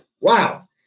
Wow